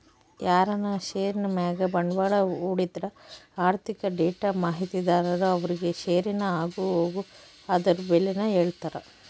ಯಾರನ ಷೇರಿನ್ ಮ್ಯಾಗ ಬಂಡ್ವಾಳ ಹೂಡಿದ್ರ ಆರ್ಥಿಕ ಡೇಟಾ ಮಾಹಿತಿದಾರರು ಅವ್ರುಗೆ ಷೇರಿನ ಆಗುಹೋಗು ಅದುರ್ ಬೆಲೇನ ಹೇಳ್ತಾರ